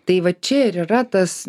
tai va čia ir yra tas